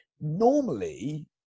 normally